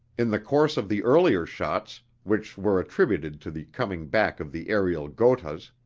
in the course of the earlier shots, which were attributed to the coming back of the aerial gothas,